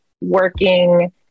working